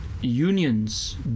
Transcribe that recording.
unions